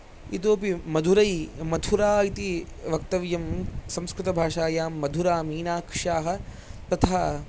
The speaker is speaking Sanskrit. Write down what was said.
इतोऽपि मधुरै मथुरा इति वक्तव्यं संस्कृतभाषायां मधुरामीनाक्षाः तथा